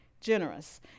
generous